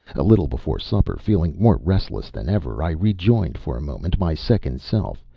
a little before supper, feeling more restless than ever, i rejoined, for a moment, my second self.